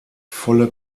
volle